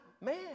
man